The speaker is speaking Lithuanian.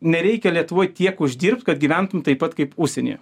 nereikia lietuvoj tiek uždirbt kad gyventum taip pat kaip užsienyje